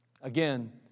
Again